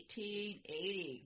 1880